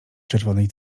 czerwonej